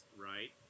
right